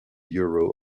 euro